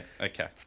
okay